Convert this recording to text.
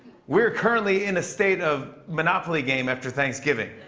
we're currently in a state of monopoly game after thanksgiving.